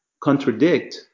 contradict